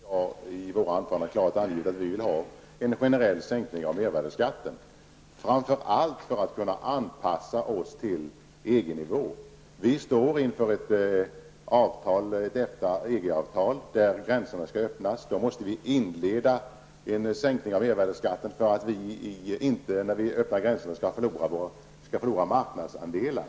Herr talman! Både Lars Tobisson och jag har i våra anföranden klart angivit att vi vill ha en generell sänkning av mervärdeskatten, framför allt för att vi skall kunna anpassa oss till EG-nivån. Vi står inför ett EG-avtal om att gränserna skall öppnas. Därför måste vi börja sänka mervärdeskatten, så att vi inte, när gränserna öppnas, förlorar marknadsandelar.